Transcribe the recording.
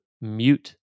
mute